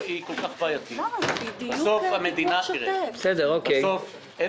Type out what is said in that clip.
לא, אני לא חושב שהמשמעות היא כל כך בעייתית.